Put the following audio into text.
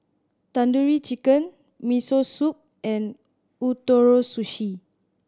Tandoori Chicken Miso Soup and Ootoro Sushi